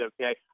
okay